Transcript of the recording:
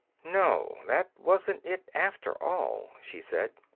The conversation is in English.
no, that wasn't it, after all, she said.